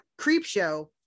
Creepshow